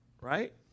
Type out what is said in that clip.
right